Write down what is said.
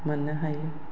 मोननो हायो